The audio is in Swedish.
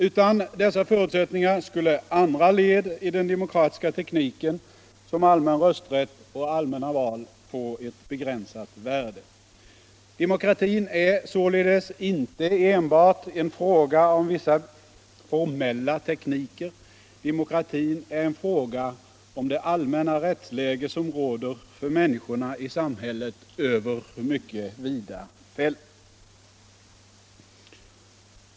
Utan dessa förutsättningar skulle andra led i den demokratiska tekniken, som allmän rösträtt och allmänna val, få ett begränsat värde. Demokratin är således inte enbart en fråga om vissa formella tekniker, demokratin är en fråga om det allmänna rättsläge som råder för människorna i samhället över mycket vida fält.